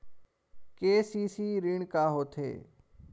KCC ऋण का होथे?